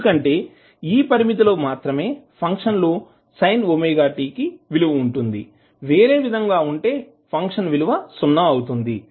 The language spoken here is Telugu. ఎందుకంటే ఈ పరిమితి లో మాత్రమే ఫంక్షన్ లో sin ωt కి విలువ ఉంటుంది వేరేవిధంగా ఉంటేఫంక్షన్ విలువ సున్నా అవుతుంది